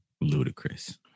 Ludicrous